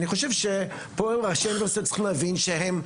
אני חושב שפה ראשי האוניברסיטאות צריכים להבין שהם,